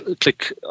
click